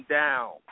down